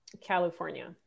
california